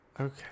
okay